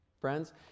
Friends